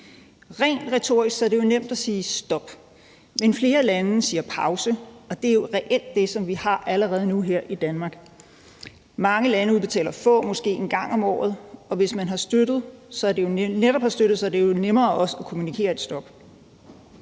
Rent retorisk er det jo nemt at sige stop, men flere lande siger pause, og det er jo reelt det, som vi gør allerede nu i Danmark. Mange lande udbetaler få gange, måske en gang om året, og hvis man netop har støttet, er det jo nemmere også at kommunikere et stop.